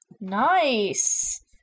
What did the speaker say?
nice